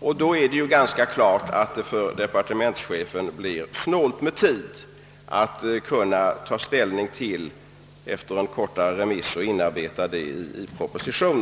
Det är ganska klart att det då blev snålt med tid för departementschefen, när han skulle ta ställning till frågorna efter en kort remiss och inarbeta det hela i en proposition.